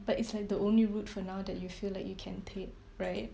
but it's like the only route for now that you feel like you can take right